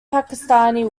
pakistani